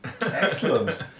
Excellent